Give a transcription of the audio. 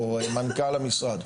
או מנכ"ל המשרד?